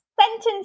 sentence